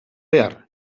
behar